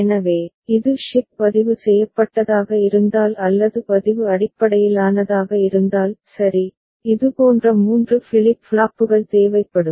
எனவே இது ஷிப்ட் பதிவு செய்யப்பட்டதாக இருந்தால் அல்லது பதிவு அடிப்படையிலானதாக இருந்தால் சரி இதுபோன்ற மூன்று ஃபிளிப் ஃப்ளாப்புகள் தேவைப்படும்